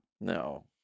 No